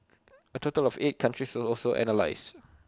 A total of eight countries also analysed